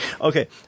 okay